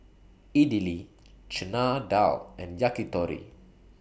Idili Chana Dal and Yakitori